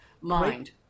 mind